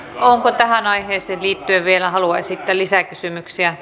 onko tähän aiheeseen liittyen vielä halua esittää lisäkysymyksiä